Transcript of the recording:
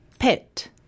Pet